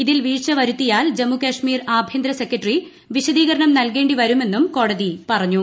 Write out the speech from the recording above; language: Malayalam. ഇതിൽ വീഴ്ച വരുത്തിയാൽ ജമ്മുകാശ്മീർ ആഭ്യന്തര സെക്രട്ടറി വിശദീകരണം നൽകോവരുമെന്നും കോടതി പറഞ്ഞു